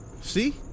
See